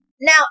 now